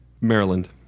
maryland